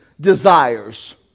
desires